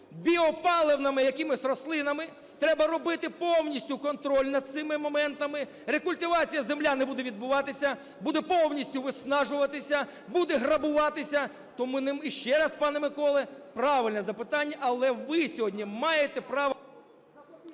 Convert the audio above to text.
біопаливними якимись рослинами. Треба робити повністю контроль над цими моментами. Рекультивація землі не буде відбуватися. Буде повністю виснажуватися, буде грабуватися. Тому ще раз, пане Миколо, правильне запитання. Але ви сьогодні маєте право…